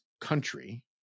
country